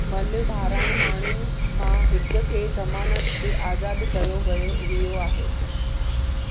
मल ॿारां माण्हुंनि मां हिक खे ज़मानतु ते आज़ादु कयो वयो वियो आहे